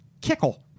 Kickle